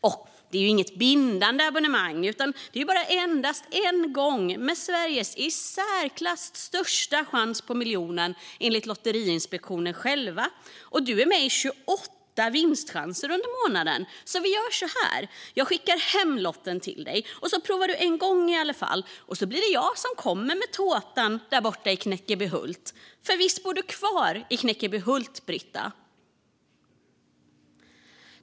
Och det är ju inget bindande abonnemang, utan det är endast en gång med Sveriges i särklass största chans på miljonen enligt Lotteriinspektionen själv, och du är med i 28 vinstchanser under månaden. Så vi gör så här: Jag skickar hem lotten till dig, så provar du en gång i alla fall. Och så blir det jag som kommer med tårtan där borta i Knäckebyhult. För visst bor du kvar i Knäckebyhult, Britta?